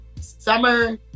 summer